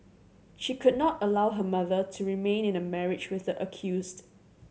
she could not allow her mother to remain in a marriage with the accused